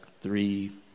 three